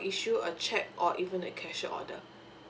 issue a cheque or even a cashier order